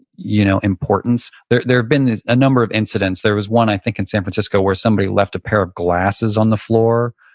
you know importance there. there've been a number of incidents. there was one i think in san francisco where somebody left a pair of glasses on the floor.